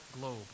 globe